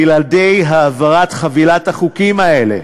בלעדי העברת חבילת החוקים האלה